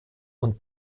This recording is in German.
und